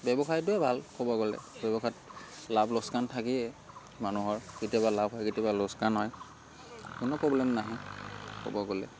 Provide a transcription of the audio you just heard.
ব্যৱসায়টোৱে ভাল ক'ব গ'লে ব্যৱসায়ত লাভ লোকচান থাকেই মানুহৰ কেতিয়াবা লাভ হয় কেতিয়াবা লোকচান হয় কোনো প্ৰব্লেম নাহে ক'ব গ'লে